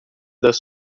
das